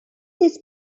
this